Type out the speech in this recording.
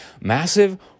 massive